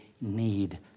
need